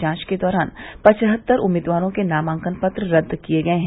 जांच के दौरान पवहत्तर उम्मीदवारों के नामांकन पत्र रद्द किये गये हैं